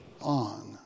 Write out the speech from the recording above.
on